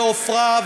ועפרה,